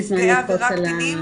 נפגעי עבירה קטינים,